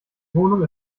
wohnung